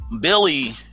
Billy